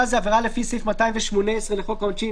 זה עבירה לפי סעיף 218 לחוק העונשין",